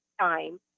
time